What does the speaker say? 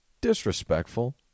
disrespectful